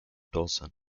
dawson